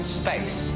space